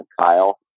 Kyle